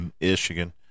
Michigan